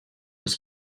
his